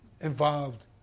involved